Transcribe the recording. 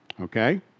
Okay